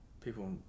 people